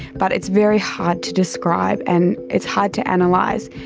but it's very hard to describe and it's hard to and like